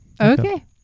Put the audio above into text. Okay